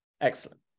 excellent